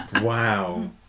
Wow